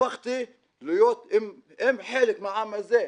הפכתי להיות חלק מהעם הזה.